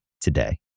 today